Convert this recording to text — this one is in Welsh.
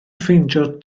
ffeindio